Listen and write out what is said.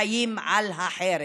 חיים על החרב.